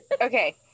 Okay